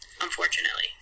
unfortunately